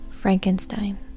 Frankenstein